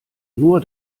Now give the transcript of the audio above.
nur